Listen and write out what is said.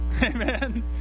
Amen